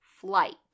flight